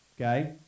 Okay